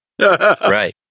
Right